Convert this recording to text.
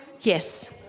Yes